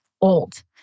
old